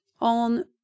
on